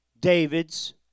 David's